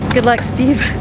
good luck, steve.